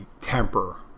temper